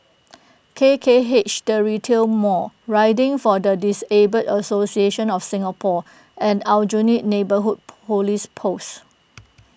K K H the Retail Mall Riding for the Disabled Association of Singapore and Aljunied Neighbourhood Police Post